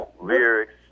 Lyrics